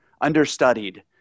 understudied